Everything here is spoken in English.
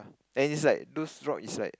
and is like those rock is like